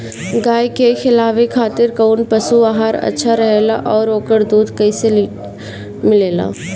गाय के खिलावे खातिर काउन पशु आहार अच्छा रहेला और ओकर दुध कइसे लीटर मिलेला?